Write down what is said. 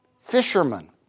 fishermen